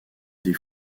des